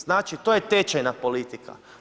Znači to je tečajna politika.